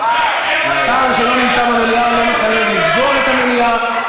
שר שלא נמצא במליאה לא מחייב לסגור את המליאה.